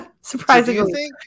surprisingly